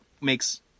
makes